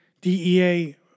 DEA